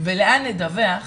ולאן לדווח,